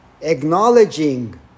acknowledging